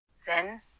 Zen